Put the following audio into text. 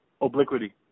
Obliquity